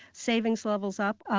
savings levels up,